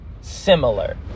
similar